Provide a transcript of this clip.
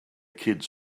kids